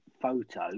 photo